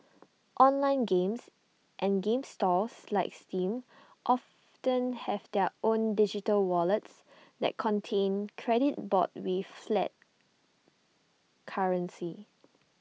online games and game stores like steam often have their own digital wallets that contain credit bought with fiat currency